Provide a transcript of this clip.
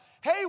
hey